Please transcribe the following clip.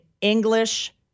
English